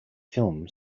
film